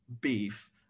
beef